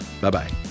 Bye-bye